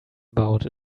about